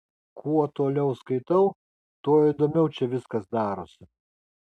kuo toliau skaitau tuo įdomiau čia viskas darosi